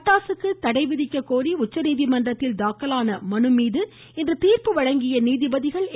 பட்டாசுக்கு தடை விதிக்க கோரி உச்சநீதிமன்றத்தில் தாக்கலான வழக்கில் இன்று தீர்ப்பு வழங்கிய நீதிபதிகள் ஏ